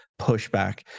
pushback